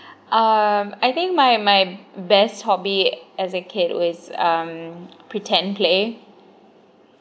um I think my my best hobby as a kid with um pretend play